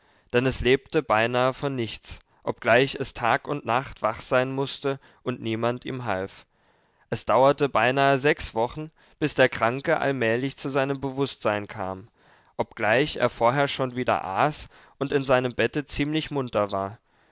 denn es lebte beinahe von nichts obgleich es tag und nacht wach sein mußte und niemand ihm half es dauerte beinahe sechs wochen bis der kranke allmählich zu seinem bewußtsein kam obgleich er vorher schon wieder aß und in seinem bette ziemlich munter war